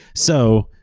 so,